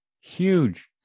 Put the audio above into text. Huge